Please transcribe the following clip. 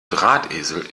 drahtesel